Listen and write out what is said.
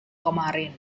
kemarin